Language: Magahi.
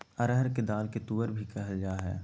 अरहर के दाल के तुअर भी कहल जाय हइ